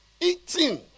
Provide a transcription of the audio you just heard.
eating